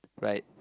right